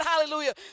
hallelujah